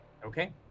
Okay